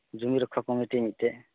ᱡᱩᱢᱤ ᱨᱚᱠᱠᱷᱟ ᱠᱩᱢᱤᱴᱤ ᱢᱤᱫᱴᱮᱱ